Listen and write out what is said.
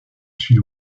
sud